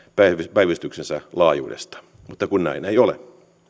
päivystyksensä laajuudesta mutta kun näin ei ole